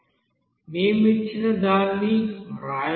మేము ఇచ్చిన దాన్ని వ్రాయగలము